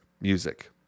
music